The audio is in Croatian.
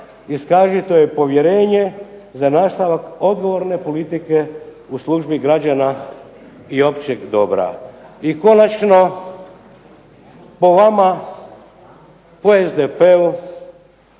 iskažite joj povjerenje za nastavak odgovorne politike u službi građana i općeg dobra. I konačno, po vama, po SDP-u